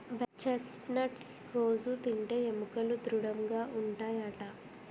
chest nuts రొజూ తింటే ఎముకలు దృడముగా ఉంటాయట